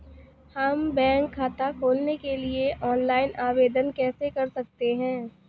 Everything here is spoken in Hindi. हम बैंक खाता खोलने के लिए ऑनलाइन आवेदन कैसे कर सकते हैं?